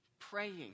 Praying